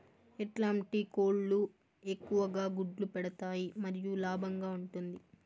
ఎట్లాంటి కోళ్ళు ఎక్కువగా గుడ్లు పెడతాయి మరియు లాభంగా ఉంటుంది?